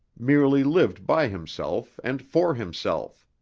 merely lived by himself and for himself.